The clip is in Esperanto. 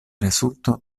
rezulto